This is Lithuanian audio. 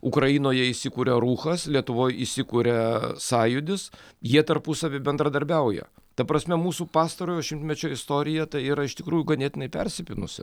ukrainoje įsikuria rūchas lietuvoj įsikuria sąjūdis jie tarpusavy bendradarbiauja ta prasme mūsų pastarojo šimtmečio istorija tai yra iš tikrųjų ganėtinai persipynusi